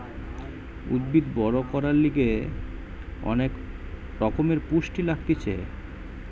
উদ্ভিদ বড় করার লিগে অনেক রকমের পুষ্টি লাগতিছে